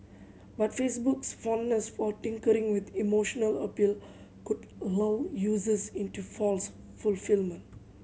but Facebook's fondness for tinkering with emotional appeal could low users into false fulfilment